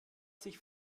sich